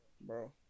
Bro